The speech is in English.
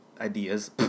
ideas